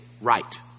right